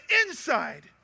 inside